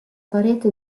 parete